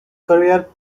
career